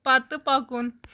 پتہٕ پَکُن